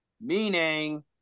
Meaning